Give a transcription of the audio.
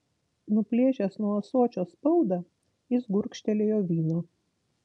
nuplėšęs nuo ąsočio spaudą jis gurkštelėjo vyno